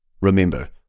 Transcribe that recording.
Remember